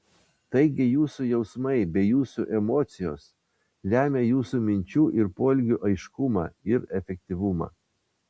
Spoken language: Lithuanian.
taigi jūsų jausmai bei jūsų emocijos lemia jūsų minčių ir poelgių aiškumą ir efektyvumą